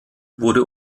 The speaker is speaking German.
wurde